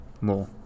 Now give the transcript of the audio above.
more